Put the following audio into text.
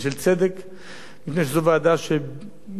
מפני שזו ועדה שיש לה ממנה